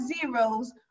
zeros